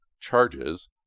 charges